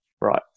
right